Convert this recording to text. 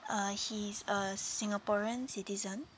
uh he's a singaporean citizen